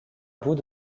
bout